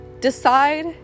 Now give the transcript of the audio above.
Decide